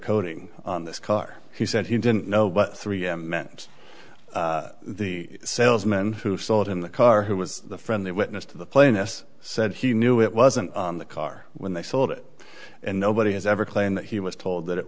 coating on this car he said he didn't know what three m meant the salesman who sold in the car who was the friend the witness to the plaintiff's said he knew it wasn't on the car when they sold it and nobody has ever claimed that he was told that it